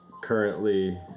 currently